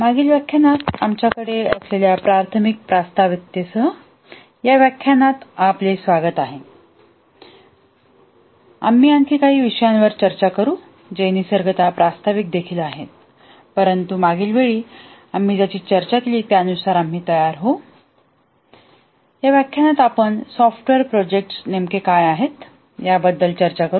मागील व्याख्यानात आमच्याकडे असलेल्या प्राथमिक प्रास्ताविकतेसह या व्याख्यानात आपले स्वागत आहे आम्ही आणखी काही विषयांवर चर्चा करू जे निसर्गतः प्रास्ताविक देखील आहेत परंतु मागील वेळी आम्ही ज्याची चर्चा केली त्यानुसार आम्ही तयार होऊ या व्याख्यानात आपण सॉफ्टवेअर प्रोजेक्ट नेमके काय आहेत याबद्दल चर्चा करू